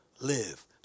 live